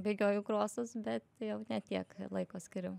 bėgioju krosus bet jau ne tiek laiko skiriu